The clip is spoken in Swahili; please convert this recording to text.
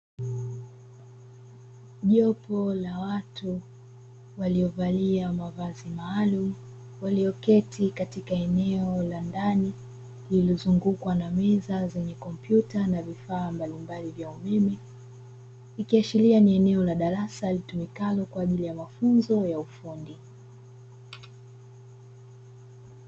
Jopo la watu waliovalia mavazi maalumu, walioketi katika eneo la ndani lililozungukwa na meza zenye kompyuta na vifaa mbalimbali vya umeme, ikiashiria ni eneo la darasa litumikalo kwa ajili ya mafunzo ya ufundi.